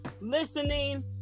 listening